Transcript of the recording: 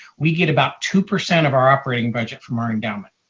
we get about two percent of our operating budget from our endowment,